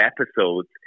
episodes